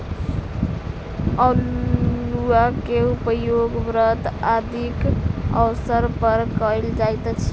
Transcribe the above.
अउलुआ के उपयोग व्रत आदिक अवसर पर कयल जाइत अछि